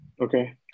okay